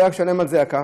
הוא היה משלם על זה הרבה.